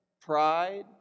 pride